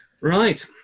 Right